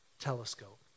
telescope